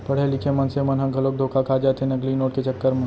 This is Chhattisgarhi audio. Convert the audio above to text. पड़हे लिखे मनसे मन ह घलोक धोखा खा जाथे नकली नोट के चक्कर म